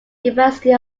university